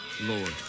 Lord